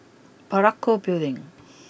Parakou Building